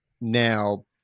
now